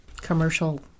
commercial